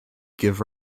give